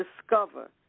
discover